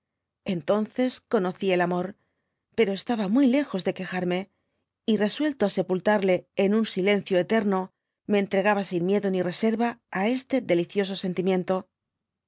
entdnces conocí el amor pero estaba muy lejos de quejarme y resuelto á sepultarle en un silencio eterno me entregaba sin miedo ni reserva á este delicioso sentimiento